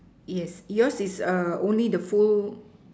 yes yours is err only the full